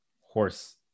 horse